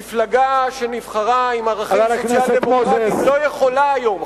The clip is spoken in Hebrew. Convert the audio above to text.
מפלגה שנבחרה עם ערכים סוציאל-דמוקרטיים לא יכולה היום,